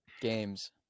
Games